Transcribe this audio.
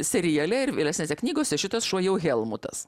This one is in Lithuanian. seriale ir vėlesnėse knygose šitas šuo jau helmutas